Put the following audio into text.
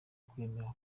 kwiyemera